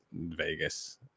Vegas